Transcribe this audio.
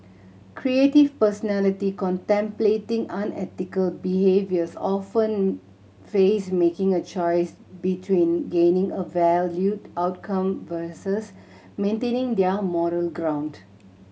creative personality contemplating unethical behaviours often face making a choice between gaining a valued outcome versus maintaining their moral ground